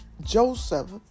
Joseph